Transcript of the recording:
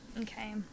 Okay